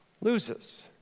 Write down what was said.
loses